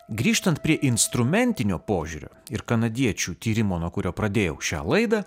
grįžtant prie instrumentinio požiūrio ir kanadiečių tyrimo nuo kurio pradėjau šią laidą